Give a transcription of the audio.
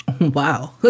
Wow